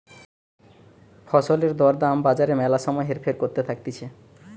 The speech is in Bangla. ফসলের দর দাম বাজারে ম্যালা সময় হেরফের করতে থাকতিছে